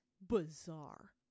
bizarre